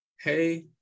hey